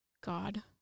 God